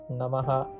namaha